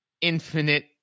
infinite